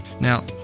Now